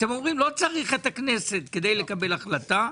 אתם אומרים לא צריך את הכנסת כדי לקבל החלטה,